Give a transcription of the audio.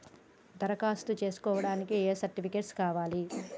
దరఖాస్తు చేస్కోవడానికి ఏ సర్టిఫికేట్స్ కావాలి?